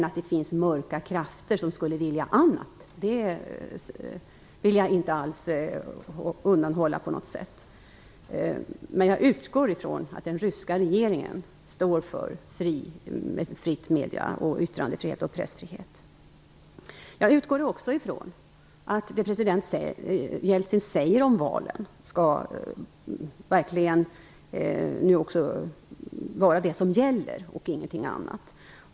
Att det finns mörka krafter som skulle vilja annat vill jag inte undanhålla på något sätt. Jag utgår dock ifrån att den ryska regeringen står för fria medier, yttrandefrihet och pressfrihet. Jag utgår också ifrån att det president Jeltsin säger om valen skall vara det som gäller och ingenting annat.